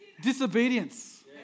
Disobedience